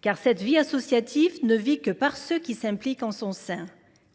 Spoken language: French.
Car le tissu associatif ne vit que par ceux qui s’impliquent en son sein.